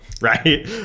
right